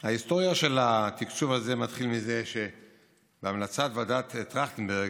ההיסטוריה של התקצוב הזה מתחילה מזה שבהמלצת ועדת טרכטנברג,